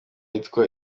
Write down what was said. yitwa